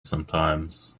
sometimes